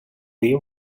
you